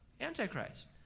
Antichrist